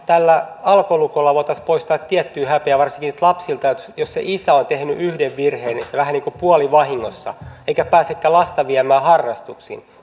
tällä alkolukolla voitaisiin poistaa tiettyä häpeää varsinkin lapsilta jos se isä on tehnyt yhden virheen vähän niin kuin puolivahingossa eikä pääsekään lasta viemään harrastuksiin